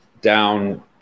down